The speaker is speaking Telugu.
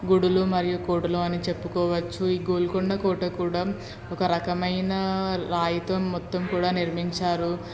గుడులు మరియు కోటలు అని చెప్పుకోవచ్చు ఈ గోల్కొండ కోట కూడా ఒక రకమైన రాయితో మొత్తం కూడా నిర్మించారు